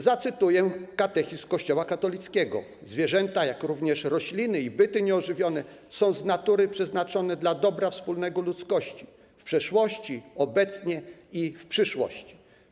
Zacytuję Katechizm Kościoła katolickiego: „Zwierzęta, jak również rośliny i byty nieożywione, są z natury przeznaczone dla dobra wspólnego ludzkości w przeszłości, obecnie i w przyszłości.